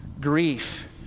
Grief